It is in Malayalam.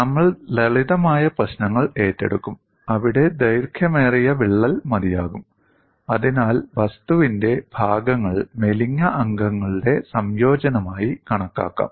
നമ്മൾ ലളിതമായ പ്രശ്നങ്ങൾ ഏറ്റെടുക്കും അവിടെ ദൈർഘ്യമേറിയ വിള്ളൽ മതിയാകും അതിനാൽ വസ്തുവിന്റെ ഭാഗങ്ങൾ മെലിഞ്ഞ അംഗങ്ങളുടെ സംയോജനമായി കണക്കാക്കാം